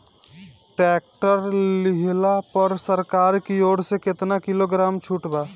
Tractor लिहला पर सरकार की ओर से केतना किलोग्राम छूट बा?